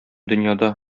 дөньяда